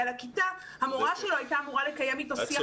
לכיתה והמורה שלו הייתה אמורה לקיים איתו שיח לפני?